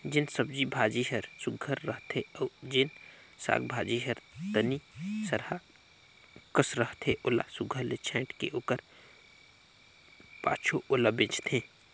जेन सब्जी भाजी हर सुग्घर रहथे अउ जेन साग भाजी हर तनि सरहा कस रहथे ओला सुघर ले छांएट के ओकर पाछू ओला बेंचथें